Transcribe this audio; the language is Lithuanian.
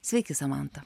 sveiki samanta